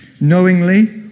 Knowingly